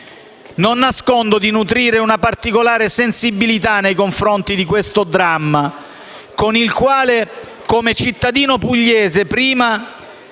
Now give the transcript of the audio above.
Non nascondo di nutrire una particolare sensibilità nei confronti di questo dramma, con il quale, prima come cittadino pugliese, poi